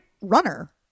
runner